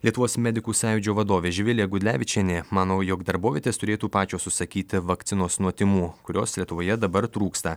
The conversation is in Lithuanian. lietuvos medikų sąjūdžio vadovė živilė gudlevičienė manau jog darbovietės turėtų pačios užsakyti vakcinos nuo tymų kurios lietuvoje dabar trūksta